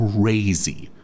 crazy